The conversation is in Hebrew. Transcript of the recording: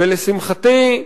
ולשמחתי,